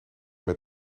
met